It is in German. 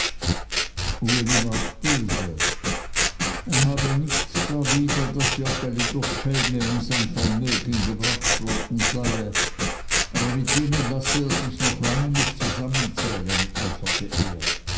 ward böse er habe nichts darwider daß joggeli durch schelme um sein vermögen gebracht worden seie aber mit denen lasse er sich noch lange nicht zusammenzählen eiferte er